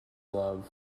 love